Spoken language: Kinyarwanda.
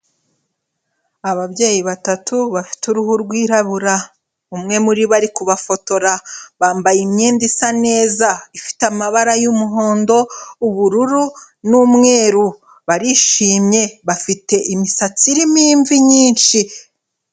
Ababyeyi batatu bafite uruhu rwirabura, umwe muribo ari kubafotora, bambaye imyenda isa neza ifite amabara y'umuhondo, ubururu n'umweru, barishimye bafite imisatsi irimo imvi nyinshi.